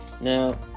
Now